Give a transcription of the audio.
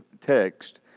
text